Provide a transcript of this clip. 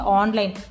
online